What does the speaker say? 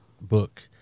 book